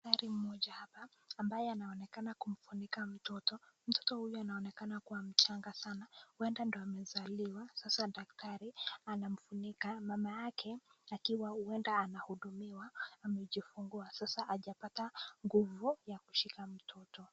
Daktari mmoja hapa, ambaye anaonekana kumfunika mtoto. Mtoto huyu anaonekana kuwa mchanga sanaa. Huenda ndo amezaliwa. Sasa daktari anamfunika. Mama yake akiwa huenda anahudumiwa, amejifungua. Sasa hajapata nguvu ya kushika mtoto.